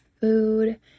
food